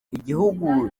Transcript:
igihugu